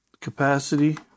capacity